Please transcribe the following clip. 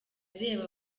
areba